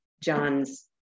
John's